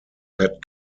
pet